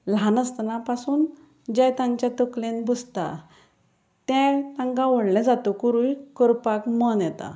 ल्हान आसतना पासून जें तांचे तकलेंत बसता तें तांकां व्हडलें जातकरूय करपाक मन येता